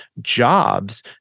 jobs